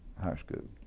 high school.